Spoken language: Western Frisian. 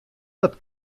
dat